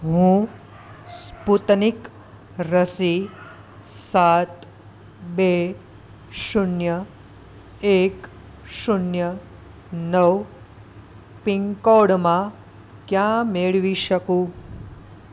હું સ્પુતનિક રસી સાત બે શુન્ય એક શુન્ય નવ પિનકોડમાં ક્યાં મેળવી શકું